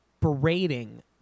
berating